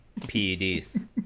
PEDs